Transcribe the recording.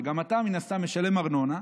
וגם אתה מן הסתם משלם ארנונה,